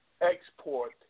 export